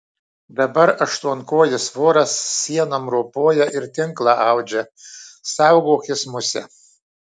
dabar aštuonkojis voras sienom ropoja ir tinklą audžia saugokis muse